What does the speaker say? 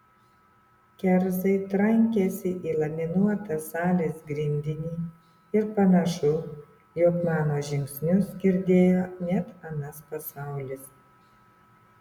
kerzai trankėsi į laminuotą salės grindinį ir panašu jog mano žingsnius girdėjo net anas pasaulis